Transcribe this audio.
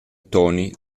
toni